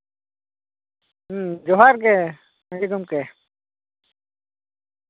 ᱦᱮᱸ ᱡᱚᱦᱟᱨᱜᱮ ᱢᱟᱪᱮᱫ ᱜᱚᱢᱠᱮ